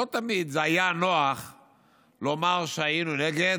לא תמיד זה היה נוח לומר שהיינו נגד